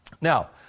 Now